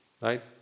Right